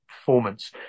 performance